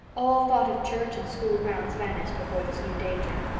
all thought of church and school grounds vanished before this new danger.